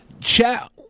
Chat